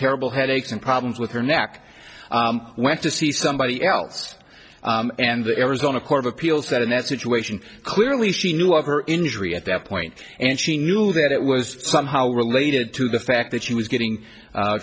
terrible headaches and problems with her neck went to see somebody else and the arizona court of appeals said in that situation clearly she knew of her injury at that point and she knew that it was somehow related to the fact that she was getting